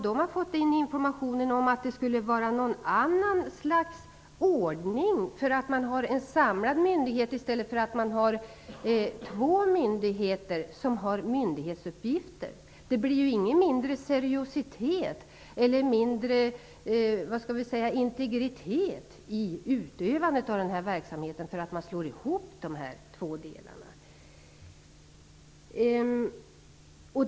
De har fått en information om att det skall bli något annat slags ordning bara för att det är fråga om en samlad myndighet i stället för två myndigheter. Det blir inte mindre seriöst eller mindre integritet i utövandet av verksamheten bara för att de två delarna slås ihop.